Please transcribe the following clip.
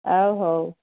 ଆଉ ହଉ